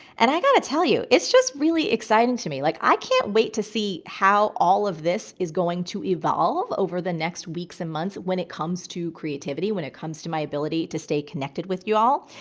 and i got to tell you, it's just really exciting to me. like i can't wait to see how all of this is going to evolve over the next weeks and months when it comes to creativity, when it comes to my ability to stay connected with you all.